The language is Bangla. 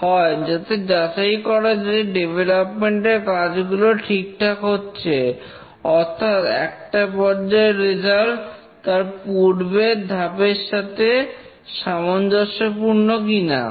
হয় যাতে যাচাই করা যায় যে ডেভলপমেন্ট এর কাজগুলো ঠিকঠাক হচ্ছে অর্থাৎ একটা পর্যায়ের রেজাল্ট তার পূর্বের ধাপের সাথে সামঞ্জস্যপূর্ণ কিনা